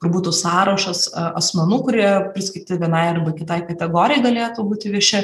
kur būtų sąrašas asmenų kurie priskirti vienai arba kitai kategorijai galėtų būti vieši